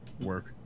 work